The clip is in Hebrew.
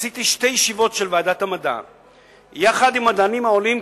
קיימתי שתי ישיבות של ועדת המדע יחד עם המדענים העולים,